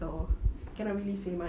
so cannot really say much